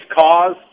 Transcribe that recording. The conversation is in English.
Cause